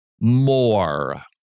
more